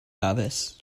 dafis